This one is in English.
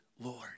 Lord